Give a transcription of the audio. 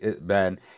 Ben